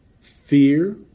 Fear